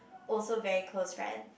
also very close friend